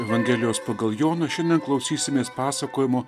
evangelijos pagal joną šiandien klausysimės pasakojimo